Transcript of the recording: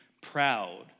proud